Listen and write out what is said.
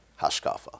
Hashkafa